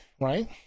right